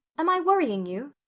am i worrying you?